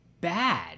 bad